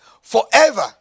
Forever